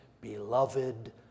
beloved